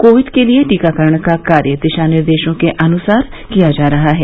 Covid के लिए टीकाकरण का कार्य दिशानिर्देशों के अनुसार किया जा रहा है